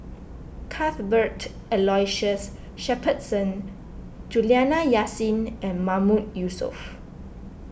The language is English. Cuthbert Aloysius Shepherdson Juliana Yasin and Mahmood Yusof